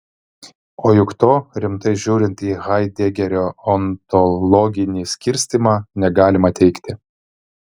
o juk to rimtai žiūrint į haidegerio ontologinį skirstymą negalima teigti